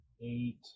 eight